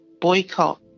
boycott